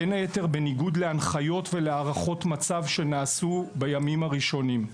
בין היתר בניגוד להנחיות ולהערכות המצב שנעשו בימים הראשונים.